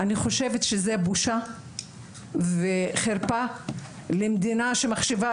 אני חושבת שזה בושה וחרפה למדינה שמחשיבה